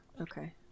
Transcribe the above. Okay